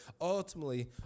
ultimately